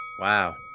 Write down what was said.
Wow